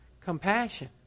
compassion